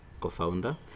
co-founder